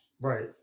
right